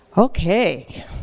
Okay